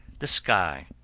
the sky.